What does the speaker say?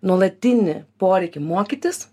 nuolatinį poreikį mokytis